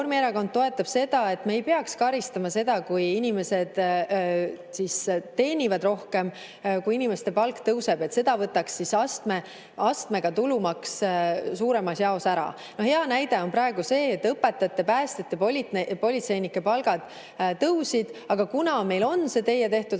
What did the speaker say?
toetab seda, et me ei peaks karistama seda, kui inimesed teenivad rohkem, kui inimeste palk tõuseb. Selle võtaks astmega tulumaks suuremas jaos ära. Hea näide on praegu see, et õpetajate, päästjate ja politseinike palgad tõusid, aga kuna meil on see teie tehtud